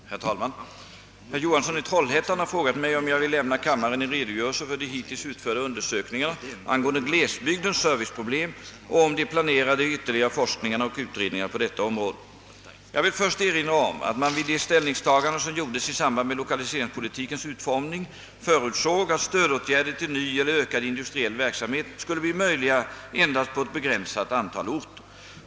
Herr talman! Herr Johansson i Trollhättan har frågat mig, om jag vill lämna kammaren en redogörelse för de hittills utförda undersökningarna angående glesbygdens serviceproblem och om de planerade ytterligare forskningarna och utredningarna på detta område. Jag vill först erinra om att man vid de ställningstaganden som gjordes i samband med lokaliseringspolitikens ut formning förutsåg, att stödåtgärder till ny eller ökad industriell verksamhet skulle bli möjliga endast på ett begränsat antal orter.